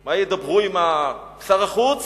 מה ידברו עם שר החוץ?